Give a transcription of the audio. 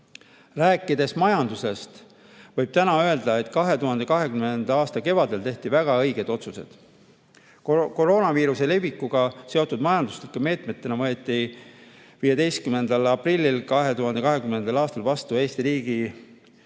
Rääkides majandusest, võib täna öelda, et 2020. aasta kevadel tehti väga õiged otsused. Koroonaviiruse levikuga seotud majanduslike meetmetena võeti 15. aprillil 2020. aastal vastu riigi 2020.